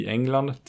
England